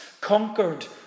conquered